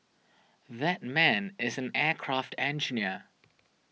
that man is an aircraft engineer